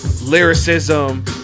lyricism